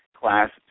class